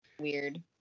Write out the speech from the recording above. Weird